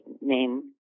name